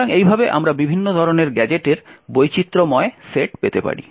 সুতরাং এইভাবে আমরা বিভিন্ন ধরণের গ্যাজেটের বৈচিত্র্যময় সেট পেতে পারি